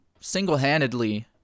single-handedly